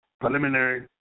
preliminary